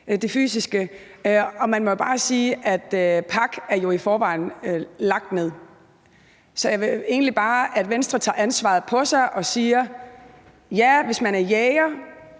det fysiske, og man må bare sige, at PAC jo i forvejen er lagt ned. Så jeg så egentlig bare gerne, at Venstre tog ansvaret på sig og sagde: Ja, hvis man er jæger